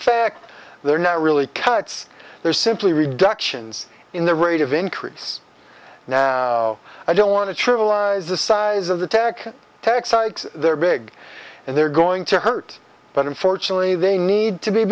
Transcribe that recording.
fact they're not really cuts they're simply reductions in the rate of increase now i don't want to trivialize the size of the tax tax hikes they're big and they're going to hurt but unfortunately they need to be